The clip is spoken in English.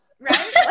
right